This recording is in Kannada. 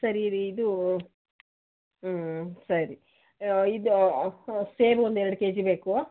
ಸರಿ ಇರಿ ಇದು ಸರಿ ಇದು ಸೇಬು ಒಂದು ಎರಡು ಕೆಜಿ ಬೇಕು